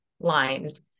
lines